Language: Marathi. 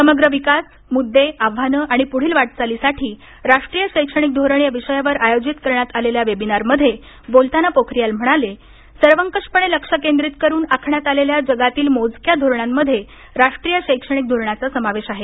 समग्र विकास मुद्दे आव्हानं आणि पुढील वाटचालीसाठी राष्ट्रीय शैक्षणिक धोरण या विषयावर आयोजित करण्यात आलेल्या वेबिनारमध्ये बोलताना पोखरियाल म्हणाले की सर्वकषपणे लक्ष केंद्रित करून आखण्यात आलेल्या जगातील मोजक्या धोरणांमध्ये राष्ट्रीय शैक्षणिक धोरणाचा समावेश आहे